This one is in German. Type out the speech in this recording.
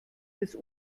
des